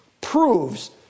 proves